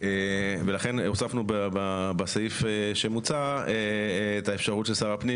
לכן הוספנו בסעיף את האפשרות של שר הפנים